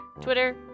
Twitter